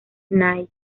nike